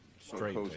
straight